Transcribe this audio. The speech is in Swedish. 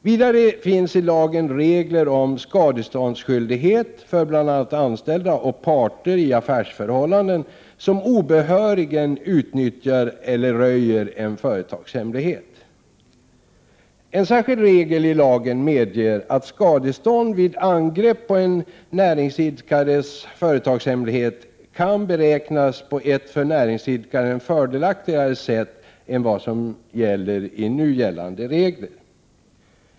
Vidare finns det i lagen regler om skadeståndsskyldighet för bl.a. anställda och parter i affärsförhållanden som obehörigen utnyttjar eller röjer en företagshemlighet. En särskild regel i lagen medger att skadestånd vid angrepp på en näringsidkares företagshemlighet kan beräknas på ett för näringsidkaren fördelaktigare sätt än vad som följer av nu gällande regler.